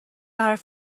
حرف